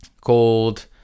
called